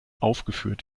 aufgeführt